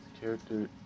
Character